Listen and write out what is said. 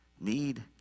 need